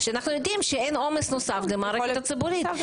שאנחנו יודעים שאין עומס נוסף למערכת הציבורית.